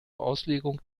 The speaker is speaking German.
auslegung